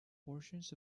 portions